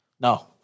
No